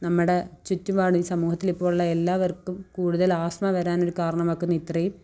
നമ്മുടെ ചുറ്റുപാടും ഈ സമൂഹത്തിലിപ്പോള് ഉള്ള എല്ലാവർക്കും കൂടുതല് ആസ്മ വരാൻ ഒരു കാരണമാക്കുന്ന ഇത്രയും